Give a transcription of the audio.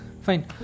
fine